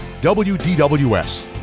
WDWS